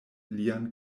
lian